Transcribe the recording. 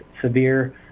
severe